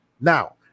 Now